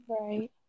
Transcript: Right